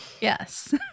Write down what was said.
Yes